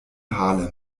harlem